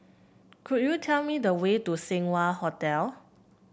could you tell me the way to Seng Wah Hotel